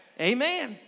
Amen